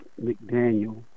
McDaniel